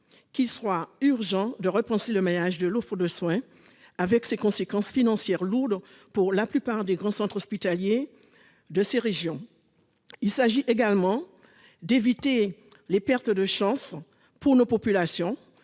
il est urgent de repenser le maillage de l'offre de soins, avec ses conséquences financières lourdes pour la plupart des grands centres hospitaliers. Il s'agit d'éviter les pertes de chances pour nos populations,